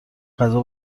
غذا